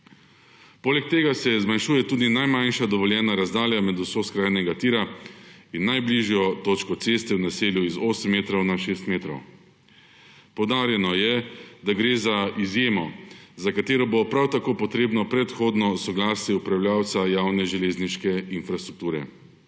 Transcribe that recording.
Poleg tega se zmanjšuje tudi najmanjša dovoljena razdalja med osjo skrajnega tira in najbližjo točko ceste v naselju z osmih metrov na šest metrov. Poudarjeno je, da gre za izjemo, za katero bo prav tako potrebno predhodno soglasje upravljavca javne železniške infrastrukture.